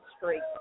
Street